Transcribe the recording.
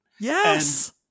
yes